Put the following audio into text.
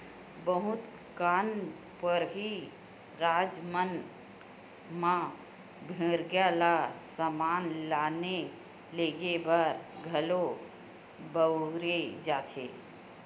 बहुत कन पहाड़ी राज मन म भेड़िया ल समान लाने लेगे बर घलो बउरे जाथे